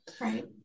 Right